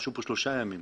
רשום כאן שלושה ימים.